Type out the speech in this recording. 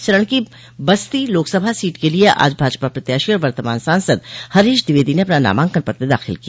इस चरण की बस्ती लोकसभा सीट के लिये आज भाजपा प्रत्याशी और वर्तमान सांसद हरीश द्विवेदी ने अपना नामांकन पत्र दाखिल किया